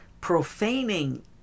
Profaning